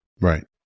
Right